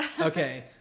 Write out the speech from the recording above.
Okay